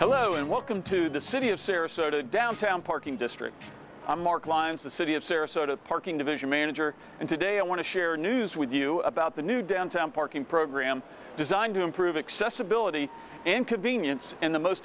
hello and welcome to the city of sarasota downtown parking district i'm mark lyons the city of sarasota parking division manager and today i want to share news with you about the new downtown parking program designed to improve accessibility and convenience and the most